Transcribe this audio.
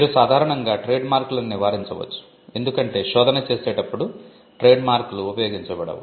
మీరు సాధారణంగా ట్రేడ్మార్క్ లను నివారించవచ్చు ఎందుకంటే శోధన చేసేటప్పుడు ట్రేడ్మార్క్ లు ఉపయోగించబడవు